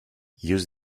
use